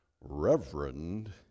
Reverend